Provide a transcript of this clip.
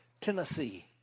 tennessee